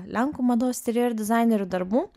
lenkų mados tyrėjų ir dizainerių darbų